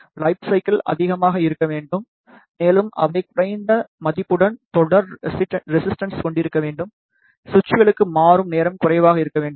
life cycle அதிகமாக இருக்க வேண்டும் மேலும் அவை குறைந்த மதிப்புடன் தொடர் ரெசிஸ்டன்ஸ் கொண்டிருக்க வேண்டும் சுவிட்சுகளுக்கு மாறும் நேரம் குறைவாக இருக்க வேண்டும்